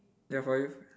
ya for you